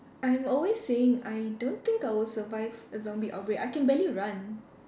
I'm always saying I don't think I will survive a zombie outbreak I can barely run